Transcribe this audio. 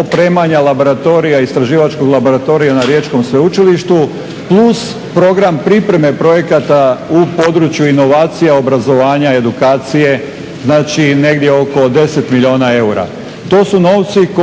opremanja laboratorija istraživačkog laboratorija na Riječkom sveučilištu plus program pripreme projekata u području inovacija, obrazovanja, edukacije, znači negdje oko 10 milijuna eura. To su novci koji